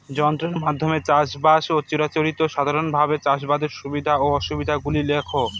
যন্ত্রের মাধ্যমে চাষাবাদ ও চিরাচরিত সাধারণভাবে চাষাবাদের সুবিধা ও অসুবিধা গুলি লেখ?